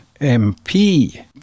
MP